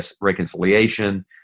reconciliation